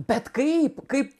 bet kaip kaip